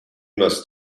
must